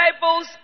Bibles